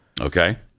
Okay